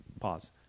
Pause